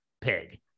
pig